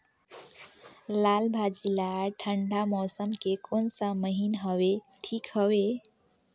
लालभाजी ला ठंडा मौसम के कोन सा महीन हवे ठीक हवे?